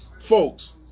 Folks